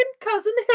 cousin